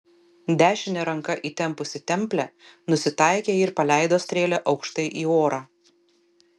dešine ranka įtempusi templę nusitaikė ir paleido strėlę aukštai į orą